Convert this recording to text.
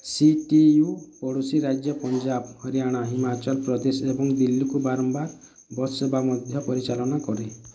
C T U ପଡ଼ୋଶୀ ରାଜ୍ୟ ପଞ୍ଜାବ ହରିୟାଣା ହିମାଚଳ ପ୍ରଦେଶ ଏବଂ ଦିଲ୍ଲୀକୁ ବାରମ୍ବାର ବସ୍ ସେବା ମଧ୍ୟ ପରିଚାଳନା କରେ